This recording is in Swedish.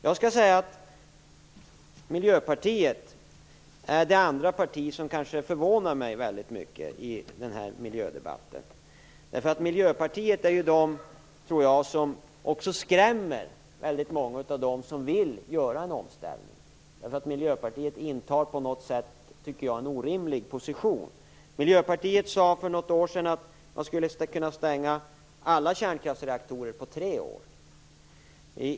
Jag skall säga att Miljöpartiet är det andra partiet som förvånar mig väldigt mycket i denna miljödebatt. Miljöpartiet skrämmer väldigt många av dem som vill göra en omställning. Miljöpartiet intar nämligen på något sätt en orimlig position. Miljöpartiet sade för något år sedan att man skulle kunna stänga alla kärnkraftreaktorer under tre år.